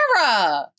Sarah